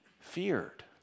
feared